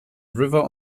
river